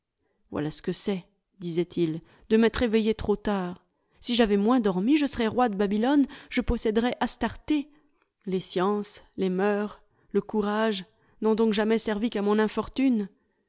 voilà ce que c'est disait-il de m'être éveillé trop tard si j'avais moins dormi je serais roi de babylone je posséderais astarté les sciences les moeurs le courage n'ont donc jamais servi qu'à mon infortune